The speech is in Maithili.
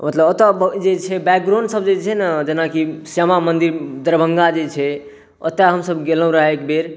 मतलब ओतय जे छै बैकग्राउंड सब जे छै ने जेना की श्यामा मन्दिर दरभंगा जे छै ओता हमसब गेलहुॅं रहा एकबेर